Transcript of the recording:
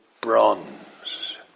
bronze